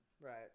right